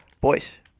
Boys